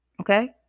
Okay